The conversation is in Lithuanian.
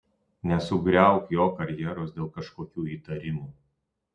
nesugriauk jo karjeros dėl kažkokių įtarimų